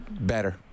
better